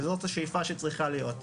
זאת השאיפה שצריכה להיות.